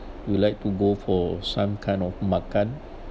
we like to go for some kind of makan